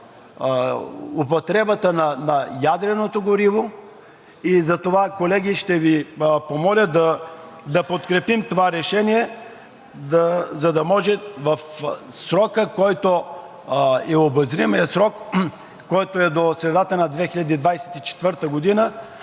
употребата на ядреното гориво. Затова, колеги, ще Ви помоля да подкрепим това решение, за да може в срока, който е и обозримият срок,